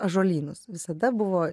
ąžuolynus visada buvo